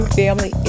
family